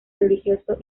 religioso